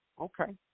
Okay